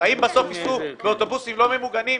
האם בסוף ייסעו באוטובוסים לא ממוגנים,